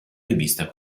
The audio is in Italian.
rivista